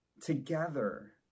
together